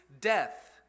death